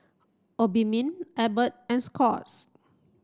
Obimin Abbott and Scott's